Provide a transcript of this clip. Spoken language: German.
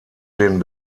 den